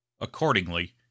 Accordingly